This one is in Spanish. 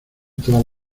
todas